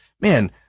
man